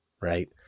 right